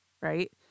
right